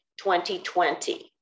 2020